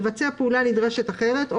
לבצע פעולה נדרשת אחרת,